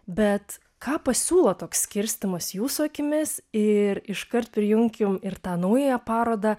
bet ką pasiūlo toks skirstymas jūsų akimis ir iškart prijunkim ir tą naująją parodą